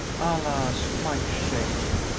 alas, my shame!